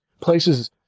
places